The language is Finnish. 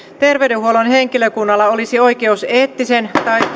terveydenhuollon henkilökunnalla olisi oikeus eettisen tai